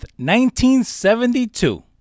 1972